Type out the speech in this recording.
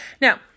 Now